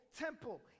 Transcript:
temple